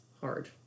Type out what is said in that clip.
hard